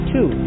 Two